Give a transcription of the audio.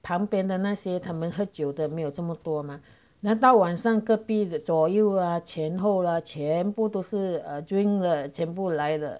旁边的那些他们喝酒的没有这么多吗那到晚上隔壁的左右啊前后啦全部都是 drink 了全部来的